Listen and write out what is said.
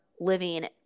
living